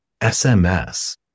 SMS